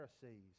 Pharisees